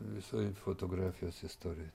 visoj fotografijos istorijoj